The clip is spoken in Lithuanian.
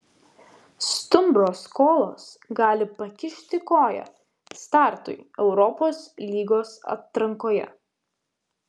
stumbro skolos gali pakišti koją startui europos lygos atrankoje